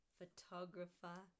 photographer